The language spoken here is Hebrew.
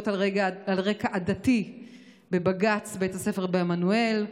על רקע עדתי בבג"ץ בית הספר בעמנואל,